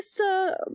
Mr